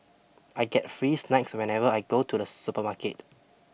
I get free snacks whenever I go to the supermarket